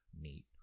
neat